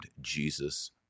Jesus